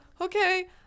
Okay